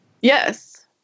Yes